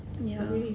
ya